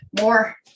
more